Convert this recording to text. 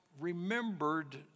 remembered